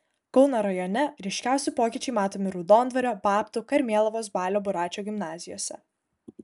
kauno rajone ryškiausi pokyčiai matomi raudondvario babtų karmėlavos balio buračo gimnazijose